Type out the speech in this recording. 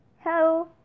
hello